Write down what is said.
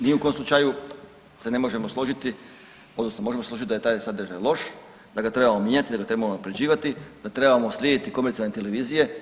Ni u kom slučaju se ne možemo složiti, odnosno možemo se složiti da je taj sadržaj loš, da ga trebamo mijenjati, da ga trebamo unaprjeđivati, da trebamo slijediti komercijalne televizije.